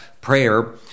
prayer